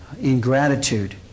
ingratitude